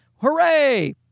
Hooray